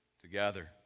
together